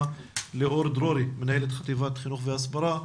ליאור דרורי מנהלת חטיבת חינוך והסברה,